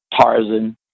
Tarzan